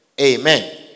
Amen